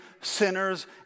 sinners